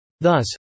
Thus